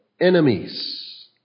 enemies